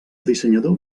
dissenyador